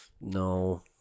No